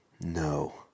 No